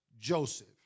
Joseph